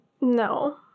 no